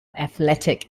athletic